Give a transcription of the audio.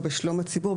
או בשלום הציבור,